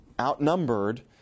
outnumbered